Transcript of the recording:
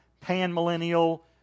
pan-millennial